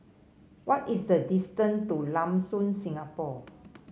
what is the distance to Lam Soon Singapore